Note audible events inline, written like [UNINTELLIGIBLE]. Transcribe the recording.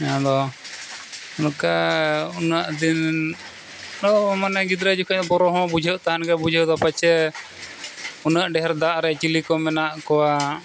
ᱟᱫᱚ ᱱᱚᱝᱠᱟ ᱩᱱᱟᱹᱜ ᱫᱤᱱ [UNINTELLIGIBLE] ᱢᱟᱱᱮ ᱜᱤᱫᱽᱨᱟᱹ ᱡᱚᱠᱷᱚᱡ ᱵᱚᱨᱚ ᱦᱚᱸ ᱵᱩᱡᱷᱟᱹᱜ ᱛᱟᱦᱮᱱ ᱜᱮ ᱵᱩᱡᱷᱟᱹᱣ ᱫᱚ ᱯᱟᱪᱮ ᱩᱱᱟᱹᱜ ᱰᱷᱮᱹᱨ ᱫᱟᱜ ᱨᱮ ᱪᱤᱞᱤ ᱠᱚ ᱢᱮᱱᱟᱜ ᱠᱚᱣᱟ